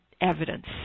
evidence